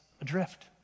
adrift